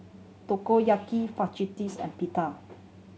Takoyaki and Pita